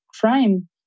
crime